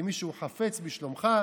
אם מישהו חפץ בשלומך,